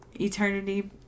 eternity